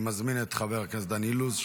אני מזמין את חבר הכנסת דן אילוז.